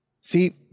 See